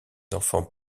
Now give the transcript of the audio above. enfants